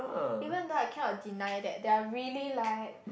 even though I cannot deny that they are really like